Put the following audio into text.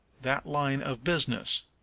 that line of business.